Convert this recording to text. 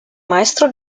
maestro